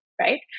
right